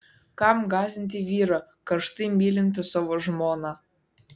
kam gąsdinti vyrą karštai mylintį savo žmoną